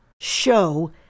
show